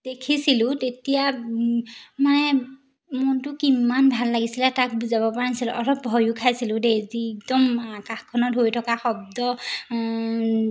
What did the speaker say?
দেখিছিলোঁ তেতিয়া মানে মনটো কিমান ভাল লাগিছিলে তাক বুজাব পৰা নাছিলোঁ অলপ ভয়ো খাইছিলোঁ দেই একদম আকাশখনত হৈ থকা শব্দ